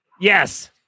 Yes